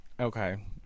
Okay